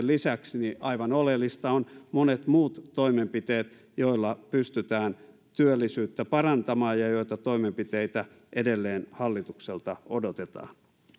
lisäksi aivan oleellisia ovat monet muut toimenpiteet joilla pystytään työllisyyttä parantamaan ja joita edelleen hallitukselta odotetaan